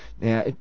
now